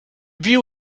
view